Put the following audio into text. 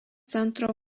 centro